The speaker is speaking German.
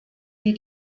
die